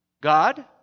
God